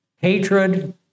Hatred